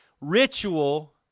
ritual